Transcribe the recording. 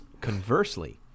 Conversely